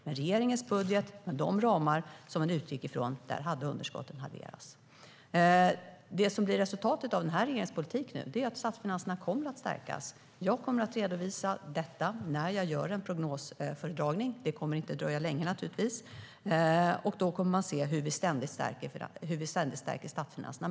Men i regeringens budget, som man utgick ifrån, hade underskottet halverats. Resultatet av den här regeringens politik är att statsfinanserna kommer att stärkas. Jag kommer att redovisa detta när jag gör en prognosföredragning, och det kommer inte att dröja länge. Då kommer man att få se hur vi ständigt stärker statsfinanserna.